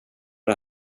det